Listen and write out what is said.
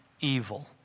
evil